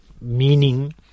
meaning